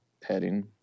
padding